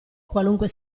qualunque